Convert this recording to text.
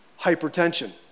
hypertension